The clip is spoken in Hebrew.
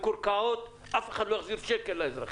מקורקעות אף אחד לא יחזיר ולו שקל לאזרחים.